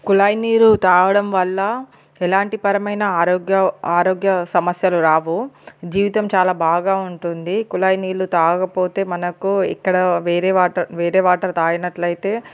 కుళాయి నీరు తాగడం వల్ల ఎలాంటి పరమైన ఆరోగ్య ఆరోగ్య సమస్యలు రావు జీవితం చాలా బాగా ఉంటుంది కుళాయి నీళ్ళు తాగకపోతే మనకు ఇక్కడ వేరే వాటర్ వేరే వాటర్ తాగినట్లయితే